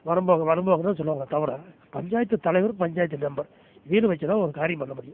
வரும் போங்க வரும் போங்கன்னுதான் சொல்லுவாங்களே தவிர பஞ்சாயத்து தலைவர் பஞ்சாயத்து மெம்பர் இவங்கள வச்சுதான் ஓன் காரியம் பண்ண முடியும்